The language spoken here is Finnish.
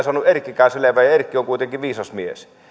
saanut erkkikään selvää ja erkki on kuitenkin viisas mies